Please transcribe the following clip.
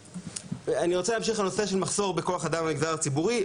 אני רוצה להמשיך לנושא של מחסור בכוח אדם במגזר הציבורי.